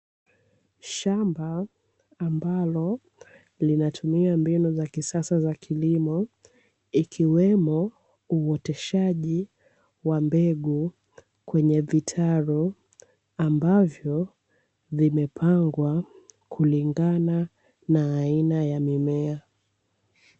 Shamba ambalo linatumia mbinu za kisasa za kilimo ikiwemo uoteshaji wa mbegu kwenye vitalu, ambavyo vimepangwa kulingana na aina ya mimea.